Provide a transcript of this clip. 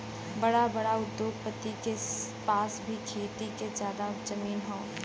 बड़ा बड़ा उद्योगपति के पास ही खेती के जादा जमीन हौ